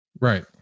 Right